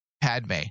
Padme